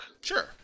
Sure